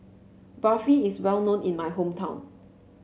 barfi is well known in my hometown